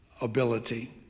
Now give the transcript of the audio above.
ability